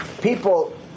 people